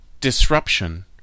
disruption